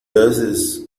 haces